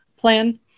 plan